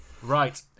Right